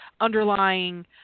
underlying